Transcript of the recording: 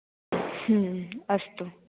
अस्तु